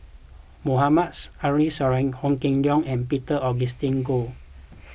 Mohameds Ariff Suradi Ho Kah Leong and Peter Augustine Goh